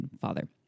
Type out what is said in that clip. father